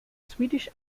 swedish